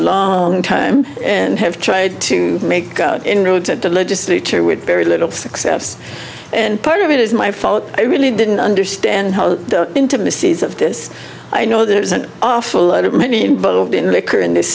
long time and have tried to make inroads at the legislature with very little success and part of it is my fault i really didn't understand how the intimacies of this i know there's an awful lot of money in liquor in this